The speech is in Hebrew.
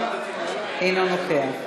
אינו נוכח,